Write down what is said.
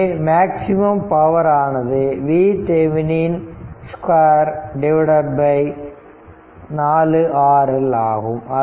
எனவே maximum power ஆனது 2 4 RL ஆகும்